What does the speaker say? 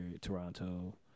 Toronto